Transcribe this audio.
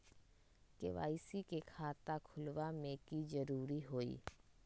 KYC के खाता खुलवा में की जरूरी होई?